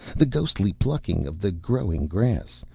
the ghostly plucking of the growing grass,